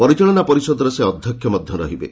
ପରିଚାଳନା ପରିଷଦର ସେ ଅଧ୍ୟକ୍ଷ ମଧ୍ୟ ରହିବେ